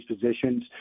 positions